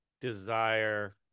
desire